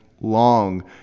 long